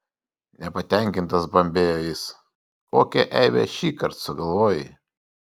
nepatenkintas bambėjo jis kokią eibę šįkart sugalvojai